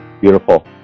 beautiful